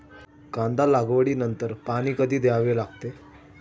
कांदा लागवडी नंतर पाणी कधी द्यावे लागते?